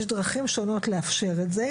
יש דרכים שונות לאפשר את זה,